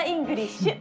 English